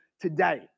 today